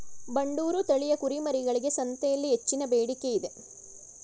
ಬಂಡೂರು ತಳಿಯ ಕುರಿಮರಿಗಳಿಗೆ ಸಂತೆಯಲ್ಲಿ ಹೆಚ್ಚಿನ ಬೇಡಿಕೆ ಇದೆ